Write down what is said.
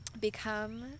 become